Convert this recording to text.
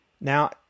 Now